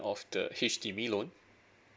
of the H_D_B loan